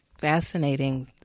fascinating